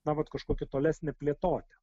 na vat kažkokią tolesnę plėtotę